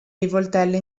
rivoltelle